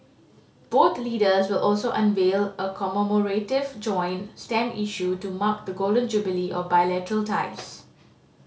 both leaders will also unveil a commemorative joint stamp issue to mark the golden jubilee of bilateral ties